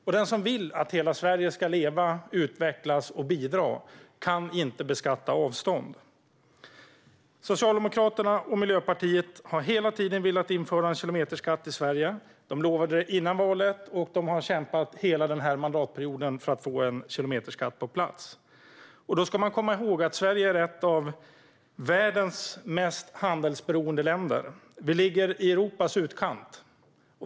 Men den som vill att hela Sverige ska leva, utvecklas och bidra kan inte beskatta avstånd. Socialdemokraterna och Miljöpartiet har hela tiden velat införa en kilometerskatt i Sverige. De lovade det före valet, och de har kämpat hela den här mandatperioden för att få en kilometerskatt på plats. Då ska man komma ihåg att Sverige är ett av världens mest handelsberoende länder. Vi ligger i Europas utkant.